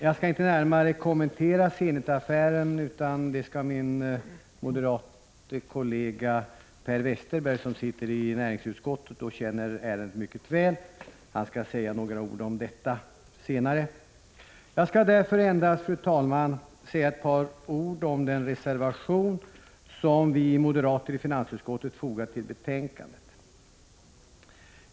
Jag skall inte närmare kommentera Zenitaffären, utan min moderate kollega Per Westerberg, som sitter i näringsutskottet och som är väl insatt i ärendet, skall säga några ord om detta senare. Jag skall endast kort beröra den reservation som vi moderater i finansutskottet har fogat till betänkandet.